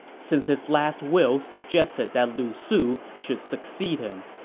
since his last will suggested that lu su should succeed him,